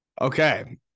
Okay